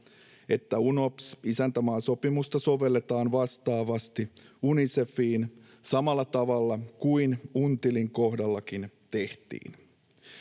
että UNOPS-isäntämaasopimusta sovelletaan vastaavasti Unicefiin samalla tavalla kuin UNTIL:in kohdallakin tehtiin.